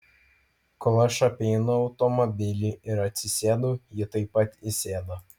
kol aš apeinu automobilį ir atsisėdu ji taip pat įsėda